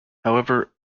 however